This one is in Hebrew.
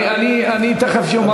אני תכף אומר,